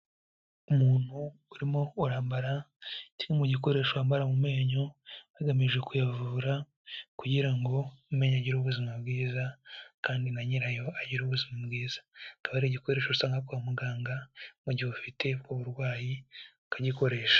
Umuntu urimo urambara kimwe mu gikoresho bambara mu menyo agamije kuyavura kugira ngo amenyo agire ubuzima bwiza kandi na nyirayo agire ubuzima bwiza, akaba ari igikoresho usanga kwa muganga mu gihe ufite uburwayi ukagikoresha.